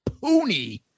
Pony